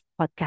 podcast